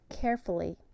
Carefully